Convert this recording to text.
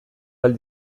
ahal